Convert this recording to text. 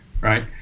right